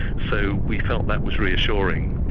so we felt that was reassuring.